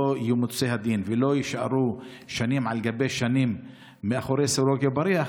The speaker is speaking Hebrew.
לא ימוצה הדין ולא יישארו שנים על גבי שנים מאחורי סורג ובריח,